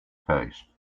taste